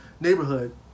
neighborhood